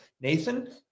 Nathan